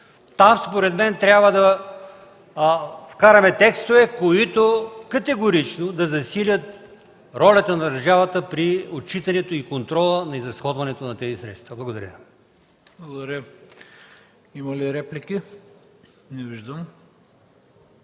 Там, според мен трябва да вкараме текстове, които категорично да засилят ролята на държавата при отчитане и контрола на изразходването на тези средства. Благодаря. ПРЕДСЕДАТЕЛ ХРИСТО БИСЕРОВ: Благодаря. Има ли реплики? Не виждам.